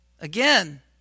again